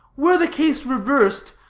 were the case reversed,